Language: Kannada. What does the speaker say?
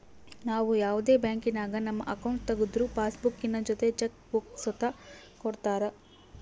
ನಾವು ಯಾವುದೇ ಬ್ಯಾಂಕಿನಾಗ ನಮ್ಮ ಅಕೌಂಟ್ ತಗುದ್ರು ಪಾಸ್ಬುಕ್ಕಿನ ಜೊತೆ ಚೆಕ್ ಬುಕ್ಕ ಸುತ ಕೊಡ್ತರ